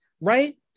Right